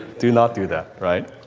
do not do that, right?